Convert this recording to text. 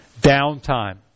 downtime